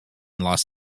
los